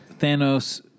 Thanos